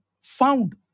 found